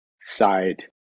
side